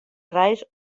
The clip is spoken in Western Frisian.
reis